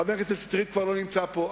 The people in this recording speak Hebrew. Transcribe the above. חבר הכנסת שטרית כבר לא נמצא פה,